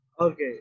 Okay